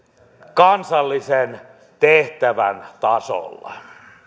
kansallisen tehtävän tasolla